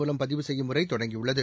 மூலம் பதிவு செய்யும் முறை தொடங்கியுள்ளது